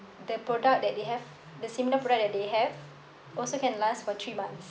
the product that they have the similar product that they have also can last for three months